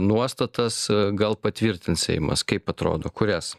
nuostatas gal patvirtins seimas kaip atrodo kurias